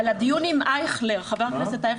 אבל היה דיון עם חבר הכנסת אייכלר.